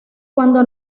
cuando